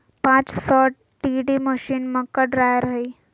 पांच सौ TD machine, मक्का ड्रायर हइ